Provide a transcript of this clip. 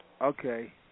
Okay